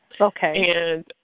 Okay